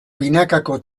binakako